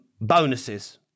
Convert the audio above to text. bonuses